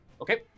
Okay